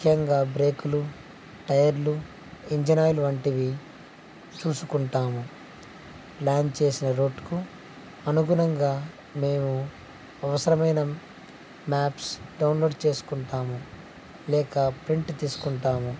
ముఖ్యంగా బ్రేకులు టైర్లు ఇంజన్ ఆయిల్ వంటివి చూసుకుంటాము ల్యాండ్ చేసిన రూట్కి అనుగుణంగా మేము అవసరమైన మ్యాప్స్ డౌన్లోడ్ చేసుకుంటాము లేక ప్రింట్ తీసుకుంటాము